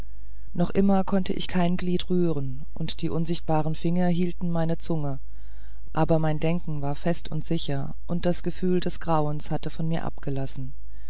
noch immer konnte ich kein glied rühren und die unsichtbaren finger hielten meine zunge aber mein denken war fest und sicher und das gefühl des grauens hatte von mir abgelassen